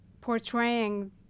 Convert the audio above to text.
portraying